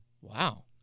Wow